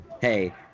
hey